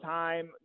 time